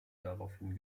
daraufhin